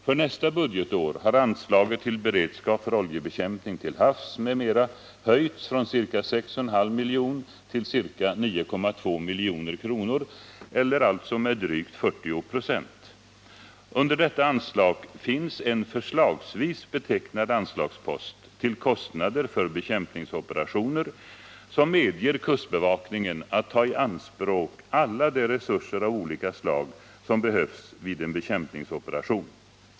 För nästa budgetår har anslaget till beredskap för oljebekämpning till havs m.m. höjts från ca 6,5 milj.kr. till ca 9,2 milj.kr., eller alltså med drygt 40 26. Under detta anslag finns en förslagsvis betecknad anslagspost till kostnader för bekämpningsoperationer, som medger kustbevakningen att ta i anspråk alla de resurser av olika slag som behövs vid en bekämpningsoperation.